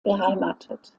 beheimatet